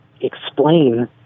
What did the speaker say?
explain